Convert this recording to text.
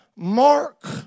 Mark